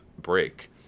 break